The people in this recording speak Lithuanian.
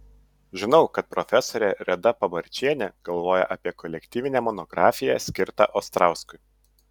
žinau kad profesorė reda pabarčienė galvoja apie kolektyvinę monografiją skirtą ostrauskui